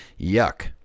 Yuck